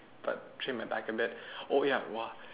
but train my back a bit oh ya !wah!